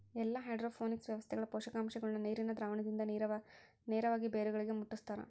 ಎಲ್ಲಾ ಹೈಡ್ರೋಪೋನಿಕ್ಸ್ ವ್ಯವಸ್ಥೆಗಳ ಪೋಷಕಾಂಶಗುಳ್ನ ನೀರಿನ ದ್ರಾವಣದಿಂದ ನೇರವಾಗಿ ಬೇರುಗಳಿಗೆ ಮುಟ್ಟುಸ್ತಾರ